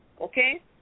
okay